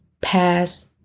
pass